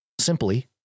simply